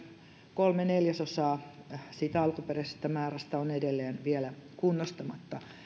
kolme neljäsosaa siitä alkuperäisestä määrästä on edelleen vielä kunnostamatta